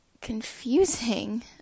confusing